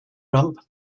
rump